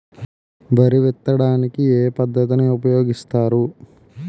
వరి విత్తడానికి ఏ పద్ధతిని ఉపయోగిస్తారు?